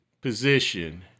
position